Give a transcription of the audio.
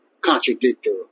contradictory